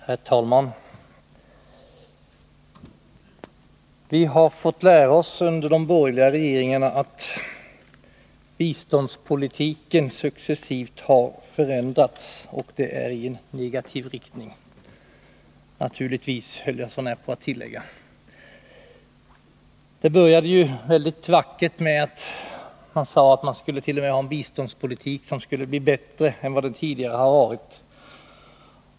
Herr talman! Vi har fått lära oss under de borgerliga regeringarna att biståndspolitiken successivt har förändrats, och i negativ riktning — naturligtvis, höll jag så när på att tillägga. Det började ju väldigt vackert med att man sade att biståndspolitiken t.o.m. skulle bli bättre än vad den tidigare har varit.